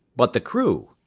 but the crew?